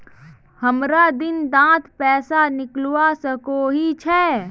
हमरा दिन डात पैसा निकलवा सकोही छै?